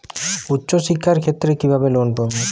উচ্চশিক্ষার ক্ষেত্রে কিভাবে লোন পাব?